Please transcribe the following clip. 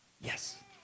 Yes